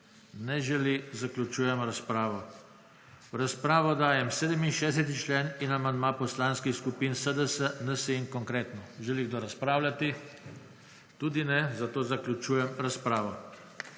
Ne želi. Zaključujem razpravo. V razpravo dajem 67. člen in amandma Poslanskih skupin SDS, NSi in Konkretno. Želi kdo razpravljati? Tudi ne, zato zaključujem razpravo.